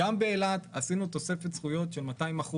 באילת עשינו תוספת זכויות של 200%,